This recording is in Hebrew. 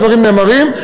הדברים נאמרים.